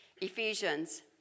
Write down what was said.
Ephesians